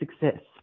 success